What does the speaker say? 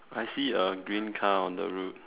I see a green car on the road